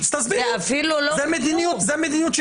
אז תסביר, זאת מדיניות שיפוטית.